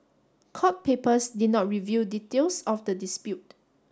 court papers did not reveal details of the dispute